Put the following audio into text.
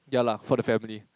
ya lah for the family